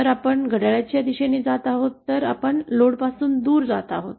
जर आपण घड्याळाच्या दिशेने जात आहोत तर आपण लोडपासून दूर जात आहोत